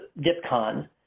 DipCon